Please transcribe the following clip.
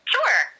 Sure